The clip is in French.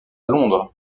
londres